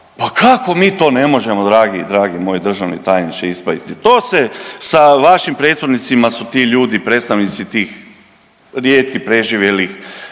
Pa kako mi to ne možemo dragi, dragi moj državni tajniče ispraviti. To se sa vašim prethodnicima su ti ljudi, predstavnici tih rijetkih preživjelih